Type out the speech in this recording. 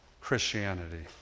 Christianity